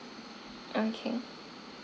okay